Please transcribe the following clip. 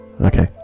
Okay